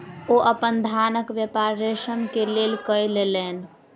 ओ अपन धानक व्यापार रेशम के लेल कय लेलैन